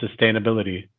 sustainability